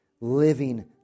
living